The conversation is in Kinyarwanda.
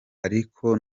ariko